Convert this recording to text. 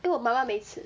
那我妈妈每次